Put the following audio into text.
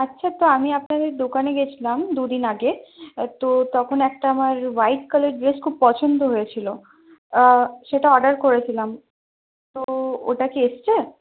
আচ্ছা তো আমি আপনার ওই দোকানে গিয়েছিলাম দুদিন আগে তো তখন একটা আমার হোয়াইট কালার ড্রেস খুব পছন্দ হয়েছিল সেটা অর্ডার করেছিলাম তো ওটা কি এসছে